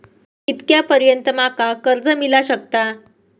कितक्या पर्यंत माका कर्ज मिला शकता?